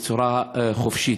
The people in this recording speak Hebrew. בצורה חופשית.